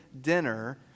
dinner